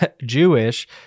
Jewish